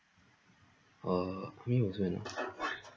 err army was when ah